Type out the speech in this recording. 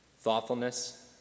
thoughtfulness